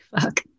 Fuck